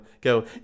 go